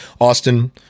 Austin